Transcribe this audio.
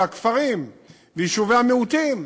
והכפרים ויישובי המיעוטים,